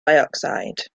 dioxide